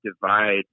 divide